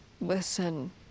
listen